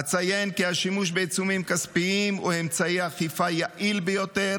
אציין כי השימוש בעיצומים כספיים הוא אמצעי אכיפה יעיל ביותר,